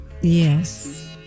Yes